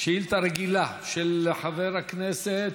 שאילתה רגילה של חברת הכנסת,